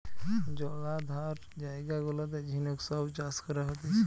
জলাধার জায়গা গুলাতে ঝিনুক সব চাষ করা হতিছে